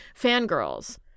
fangirls